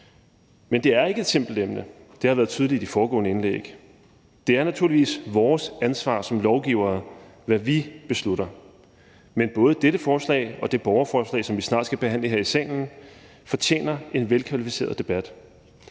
Men det er ikke et simpelt emne. Det har været tydeligt i de foregående indlæg. Det er naturligvis os, der som lovgivere skal tage ansvar for, hvad vi beslutter. Men både dette forslag og det borgerforslag, som vi snart skal behandle her i salen, fortjener en velkvalificeret debat.